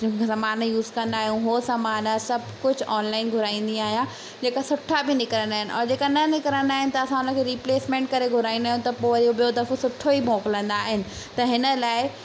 समान यूज़ कंदा आयऊं हो समान सभु कुझु ऑनलाइन घुराईंदी आहियां जेका सुठा बि निकरंदा आहिनि ऐं जेका न निकिरंदा आहिनि त असां उन खे रीप्लेसमेंट करे घुराईंदा आहियूं त पोइ वरी ॿियो दफ़ो सुठो ई मोकिलंदा आहिनि त हिन लाइ